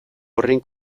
horren